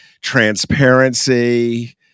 transparency